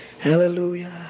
Hallelujah